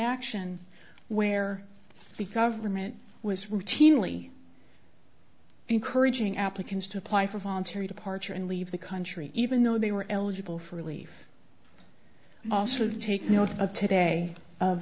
action where the government was routinely encouraging applicants to apply for voluntary departure and leave the country even though they were eligible for relief also take note of today of